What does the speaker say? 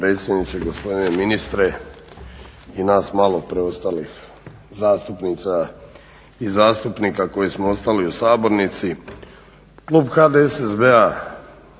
potpredsjedniče, gospodine ministre i nas malo preostalih zastupnica i zastupnika koji smo ostali u sabornici. Klub HDSSB-a